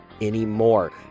anymore